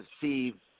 see